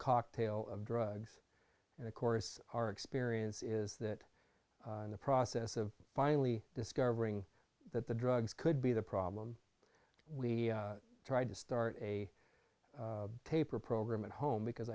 cocktail of drugs and of course our experience is that in the process of finally discovering that the drugs could be the problem we tried to start a taper program at home because